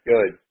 Good